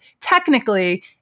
technically